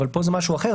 אבל פה זה משהו אחר,